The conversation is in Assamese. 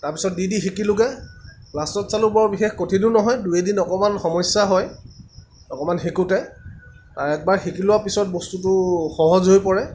তাৰপিছত দি দি শিকিলোগৈ লাষ্টত চালোঁ বৰ বেছি কঠিনো নহয় দুই এদিন অকণমান সমস্যা হয় অক্মাণন শিকোঁতে আৰু এবাৰ শিকি লোৱাৰ পাছত বস্তুটো সহজ হৈ পৰে